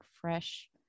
fresh